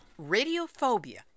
radiophobia